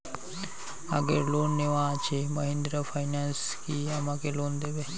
আগের লোন নেওয়া আছে মাহিন্দ্রা ফাইন্যান্স কি আমাকে লোন দেবে?